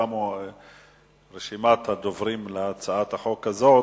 תמה רשימת הדוברים בהצעת החוק הזאת.